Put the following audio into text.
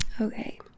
Okay